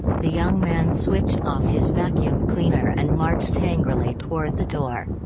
the young man switched off his vacuum cleaner and marched angrily toward the door.